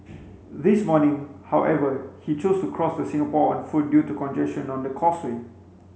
this morning however he chose to cross the Singapore on foot due to congestion on the causeway